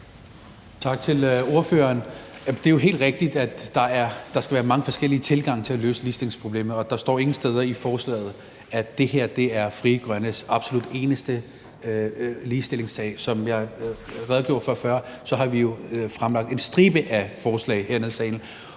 Tak til ordføreren. Det er jo helt rigtigt, at der skal være mange forskellige tilgange til at løse ligestillingsproblemet, og der står ingen steder i forslaget, at det her er Frie Grønnes absolut eneste ligestillingssag. Som jeg redegjorde for før, har vi jo fremlagt en stribe forslag hernede i salen,